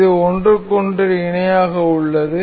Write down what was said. இது ஒன்றுக்கொன்று இணையாக உள்ளது